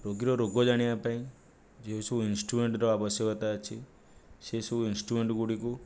ରୋଗୀର ରୋଗ ଜାଣିବା ପାଇଁ ଯେଉଁ ସବୁ ଇନ୍ଷ୍ଟ୍ରୁମେଣ୍ଟ୍ର ଆବଶ୍ୟକତା ଅଛି ସେଇ ସବୁ ଇନ୍ଷ୍ଟ୍ରୁମେଣ୍ଟ୍ ଗୁଡ଼ିକୁ